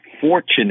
fortunate